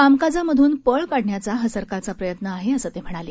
कामकाजामधून पळ काढण्याचा हा सरकारचा प्रयत्न आहे असं ते म्हणाले